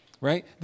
Right